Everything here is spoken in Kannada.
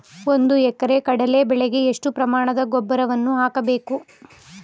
ಒಂದು ಎಕರೆ ಕಡಲೆ ಬೆಳೆಗೆ ಎಷ್ಟು ಪ್ರಮಾಣದ ಗೊಬ್ಬರವನ್ನು ಹಾಕಬೇಕು?